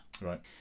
Right